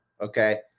Okay